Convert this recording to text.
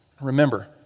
Remember